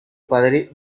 padre